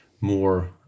more